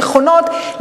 נכונות.